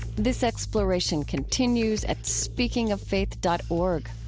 this exploration continues at speakingoffaith dot org.